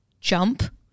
jump